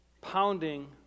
pounding